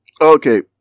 Okay